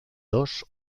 dos